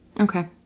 Okay